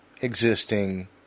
existing